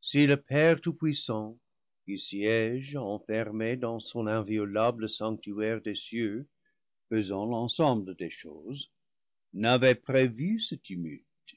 si le père tout-puissant qui siége enfermé dans son inviolable livre vi sanctuaire des cieux pesant l'ensemble des choses n'avait prévu ce tumulte